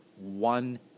one